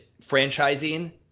franchising